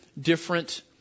different